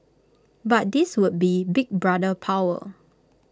but this would be Big Brother power